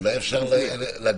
אולי אפשר להגביל,